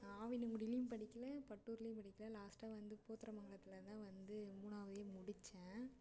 ஆவினங்குடிலேயும் படிக்கலை பட்டூர்லியும் படிக்கலை லாஸ்ட்டாக வந்து போத்தரமங்களத்தில்தான் வந்து மூணாவதே முடித்தேன்